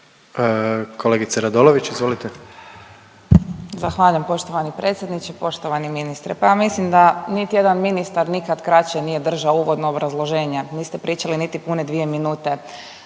**Radolović, Sanja (SDP)** Zahvaljujem poštovani predsjedniče, poštovani ministre. Pa ja mislim da niti jedan ministar nikad kraće nije držao uvodno obrazloženje, niste pričali niti pune dvije minute